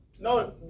No